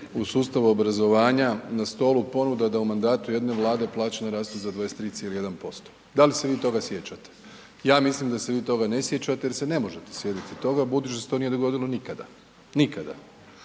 u sustavu obrazovanja na stolu ponuda da u mandatu jedne Vlade plaća naraste za 23,1%? Da li se vi toga sjećate? Ja mislim da se vi to ga ne sjećate jer se ne možete sjetiti toga budući da se to nije dogodilo nikada, nikada.